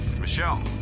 Michelle